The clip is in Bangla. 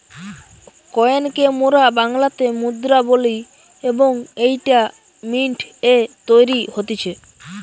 কয়েন কে মোরা বাংলাতে মুদ্রা বলি এবং এইটা মিন্ট এ তৈরী হতিছে